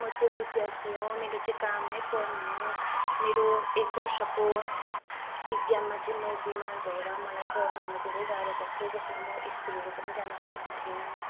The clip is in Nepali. म चाहिँ विद्यार्थी हो मेरो चाहिँ काम नै पढ्नु हो मेरो एक वर्षको एक्जाममा चाहिँ म बिमार भएर मलाई पढ्नमा धेरै गाह्रो भएको थियो जसमा म स्कुलहरू पनि जान सकेको थिइनँ